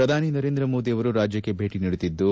ಪ್ರಧಾನಿ ನರೇಂದ್ರ ಮೋದಿಯವರು ರಾಜ್ಯಕ್ಷಿ ಭೇಟ ನೀಡುತ್ತಿದ್ದು